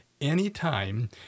anytime